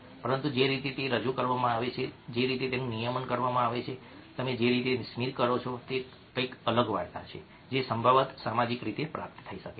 પરંતુ જે રીતે તે રજૂ કરવામાં આવે છે જે રીતે તેનું નિયમન કરવામાં આવે છે તમે જે રીતે સ્મિત કરો છો તે કંઈક અલગ વાર્તા છે જે સંભવતઃ સામાજિક રીતે પ્રાપ્ત થઈ શકે છે